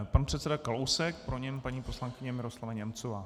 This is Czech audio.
Pan předseda Kalousek, po něm paní poslankyně Miroslava Němcová.